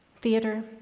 Theater